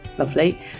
Lovely